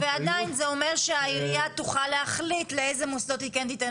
ועדיין זה אומר שהעירייה תוכל להחליט לאיזה מוסדות היא כן תיתן